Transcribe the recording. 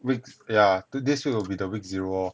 weeks yeah after this week will be the week zero lor